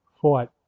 fought